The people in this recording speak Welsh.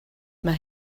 mae